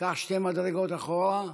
קח שתי מדרגות אחורה.